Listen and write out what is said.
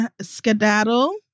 skedaddle